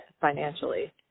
financially